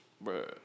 bro